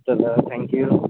चला thank you